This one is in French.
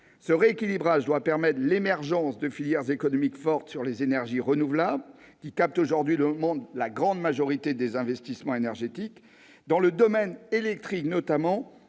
Ce rééquilibrage doit permettre l'émergence de filières économiques fortes dans le domaine des énergies renouvelables, qui captent aujourd'hui la grande majorité des investissements énergétiques mondiaux. Dans le domaine électrique notamment,